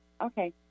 Okay